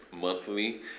monthly